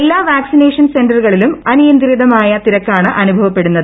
എല്ലാ വാക്സിനേഷൻ സെൻററുകളിലും അനിയന്ത്രിതമായ തിരക്കാണ് അനുഭവപ്പെടുന്നത്